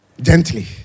gently